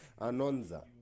Anonza